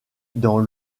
dans